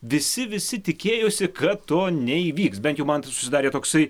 visi visi tikėjosi kad to neįvyks bent jau man tai susidarė toksai